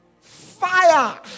Fire